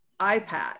iPad